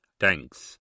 Thanks